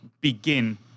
begin